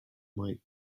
might